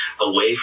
away